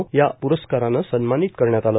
या प्रस्कारनं सन्मानित करण्यात आला